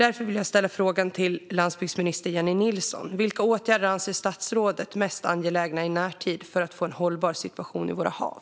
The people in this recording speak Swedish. Därför vill jag ställa följande fråga till landsbygdsminister Jennie Nilsson: Vilka åtgärder anser statsrådet är mest angelägna i närtid för att få en hållbar situation i våra hav?